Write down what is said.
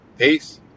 Peace